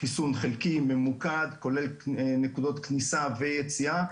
חיסון חלקי וממוקד, כולל נקודות כניסה ויציאה.